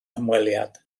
hymweliad